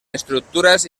estructuras